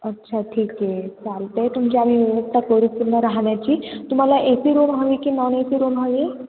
अच्छा ठीक आहे चालते आहे तुमची आम्ही व्यवस्था करू पूर्ण राहण्याची तुम्हाला ए सी रूम हवी की नॉन ए सी रूम हवी